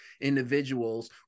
individuals